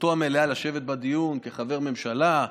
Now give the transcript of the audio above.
זכותו המלאה לשבת בדיון כחבר ממשלה,